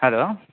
hello